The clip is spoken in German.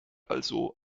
also